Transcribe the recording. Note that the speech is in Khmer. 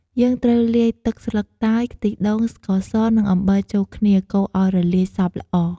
យើងត្រូវលាយទឹកស្លឹកតើយ ខ្ទិះដូង ស្ករស និងអំបិលចូលគ្នា កូរឲ្យរលាយសព្វល្អ។